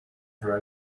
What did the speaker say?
her